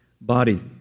body